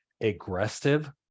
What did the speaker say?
aggressive